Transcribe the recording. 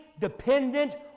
dependent